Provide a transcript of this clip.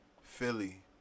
Philly